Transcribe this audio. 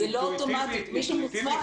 זה לא אוטומטית מי ש- -- אינטואיטיבית